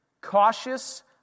Cautious